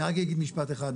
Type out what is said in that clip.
אני רק אגיד משפט אחד,